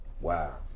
wow